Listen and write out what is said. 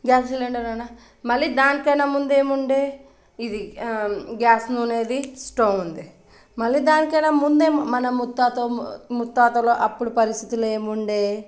gas cylinder ఉన్న మళ్ళీ దానికన్నా ముందు ఏముండే ఇది గ్యాస్ నూనేది స్టవ్ ఉండే మళ్ళీ దానికైనా ముందే మన ముత్తాత ముత్తాతల అప్పుడు పరిస్థితుల్లో ఏముండే